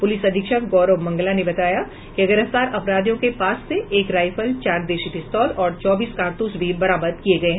police अधीक्षक गौरव मंगला ने बताया कि गिरफ्तार अपराधियों के पास से एक राइफल चार देशी पिस्तौल और चौबीस कारतूस भी बरामद किये गये हैं